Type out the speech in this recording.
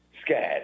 scared